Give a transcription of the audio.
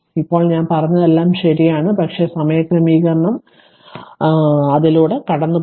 ഇപ്പോൾ ഞാൻ പറഞ്ഞതെല്ലാം ശരിയാണ് പക്ഷേ സമയക്രമീകരണം അതിലൂടെ കടന്നുപോകുക